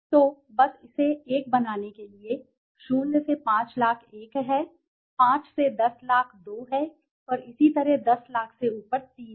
तो बस इसे एक बनाने के लिए 0 से 5 लाख एक है 5 से 10 लाख दो है और इसी तरह 10 लाख से ऊपर तीन है